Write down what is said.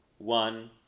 One